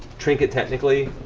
trinket, technically.